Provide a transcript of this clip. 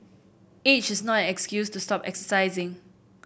age is not an excuse to stop exercising